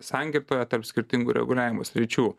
sankirtoje tarp skirtingų reguliavimo sričių